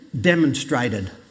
demonstrated